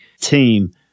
team